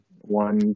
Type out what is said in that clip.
one